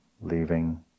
leaving